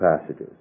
passages